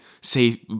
say